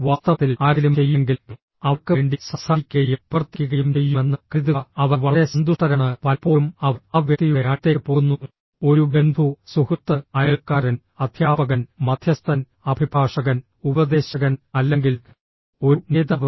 വാസ്തവത്തിൽ ആരെങ്കിലും ചെയ്യുമെങ്കിൽ അവർക്ക് വേണ്ടി സംസാരിക്കുകയും പ്രവർത്തിക്കുകയും ചെയ്യുമെന്ന് കരുതുക അവർ വളരെ സന്തുഷ്ടരാണ് പലപ്പോഴും അവർ ആ വ്യക്തിയുടെ അടുത്തേക്ക് പോകുന്നു ഒരു ബന്ധു സുഹൃത്ത് അയൽക്കാരൻ അധ്യാപകൻ മധ്യസ്ഥൻ അഭിഭാഷകൻ ഉപദേശകൻ അല്ലെങ്കിൽ ഒരു നേതാവ്